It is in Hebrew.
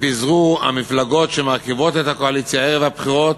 ופיזרו המפלגות שמרכיבות את הקואליציה ערב הבחירות,